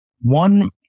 one